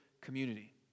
community